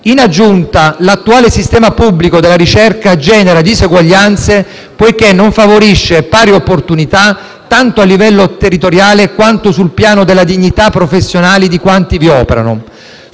In aggiunta, l'attuale sistema pubblico della ricerca genera diseguaglianze, poiché non favorisce pari opportunità, tanto a livello territoriale, quanto sul piano della dignità professionale di quanti vi operano.